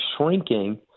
shrinking